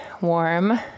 warm